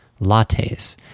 lattes